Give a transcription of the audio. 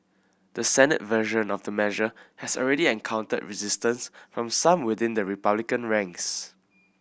the Senate version of the measure has already encountered resistance from some within the Republican ranks